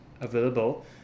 Available